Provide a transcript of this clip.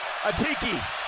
Atiki